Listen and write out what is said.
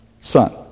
son